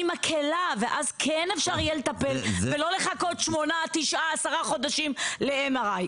מקלה ואז כן אפשר יהיה לטפל ולא לחכות 8-10 חודשים ל-MRI.